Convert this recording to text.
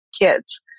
kids